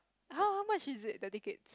how how much is it the ticket